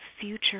future